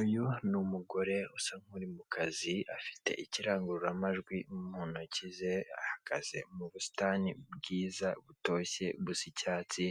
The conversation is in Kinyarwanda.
Uyu ni umugore usa nk'uri mu kazi afite ikirangururamajwi mu ntoki ze ahagaze mu busitani bwiza butoshye busa icyatsi.